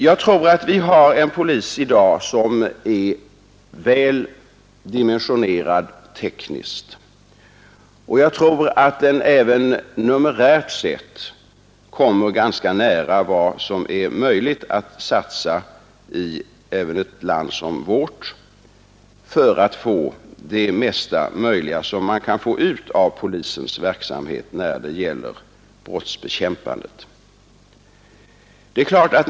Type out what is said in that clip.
Jag tror att vi i dag har en polis, som är väl dimensionerad tekniskt och som även numerärt sett kommer ganska nära vad som är möjligt att satsa i ett land som vårt för att få ut det mesta möjliga av polisens verksamhet när det gäller brottsbekämpande.